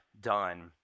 done